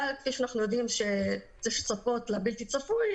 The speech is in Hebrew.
אבל כפי שאנחנו יודעים שצריך לצפות לבלתי צפוי,